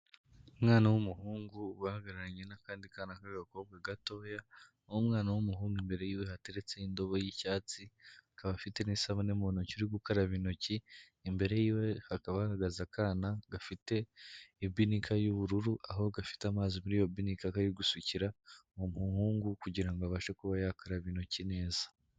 Umwana w'umuhungu uhagararanye n'akandi kana k'agakobwa gatoya, n'umwana w'umuhungu imbere y'iwe hateretse indobo y'icyatsi, akaba afite n'isabune mu ntoki uri gukaraba intoki, imbere y'iwe hakaba hahagaze akana gafite ibinika y'ubururu, aho gafite amazi muri iyo binika, kari gusukira uwo muhungu kugira ngo abashe kuba yakaraba intoki neza.